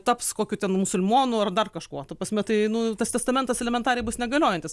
taps kokiu ten musulmonu ar dar kažkuo ta prasme tai nu tas testamentas elementariai bus negaliojantis